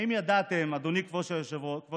האם ידעתם, אדוני כבוד היושב-ראש,